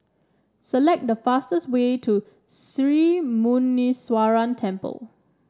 select the fastest way to Sri Muneeswaran Temple